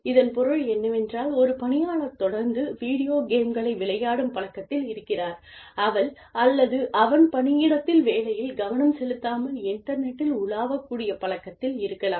இதன் பொருள் என்னவென்றால் ஒரு பணியாளர் தொடர்ந்து வீடியோ கேம்களை விளையாடும் பழக்கத்தில் இருக்கிறார் அவள் அல்லது அவன் பணியிடத்தில் வேலையில் கவனம் செலுத்தாமல் இன்டெர்நெட்டில் உலாவக்கூடிய பழக்கத்தில் இருக்கலாம்